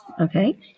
Okay